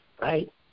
Right